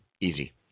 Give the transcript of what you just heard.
easy